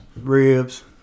Ribs